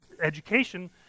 Education